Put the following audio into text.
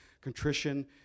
contrition